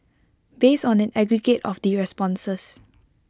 based on an aggregate of the responses